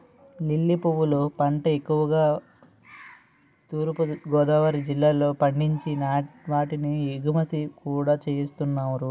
lily పువ్వుల పంట ఎక్కువుగా తూర్పు గోదావరి జిల్లాలో పండించి వాటిని ఎగుమతి కూడా చేస్తున్నారు